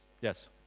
Yes